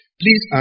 please